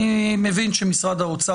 אני מבין שמשרד האוצר